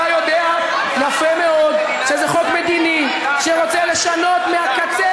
אתה יודע יפה מאוד שזה חוק מדיני שרוצה לשנות מהקצה